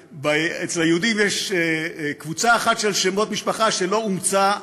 אצל היהודים יש קבוצה אחת של שמות משפחה שלא אומצה,